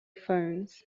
phones